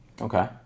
Okay